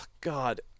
God